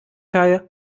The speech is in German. teil